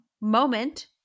moment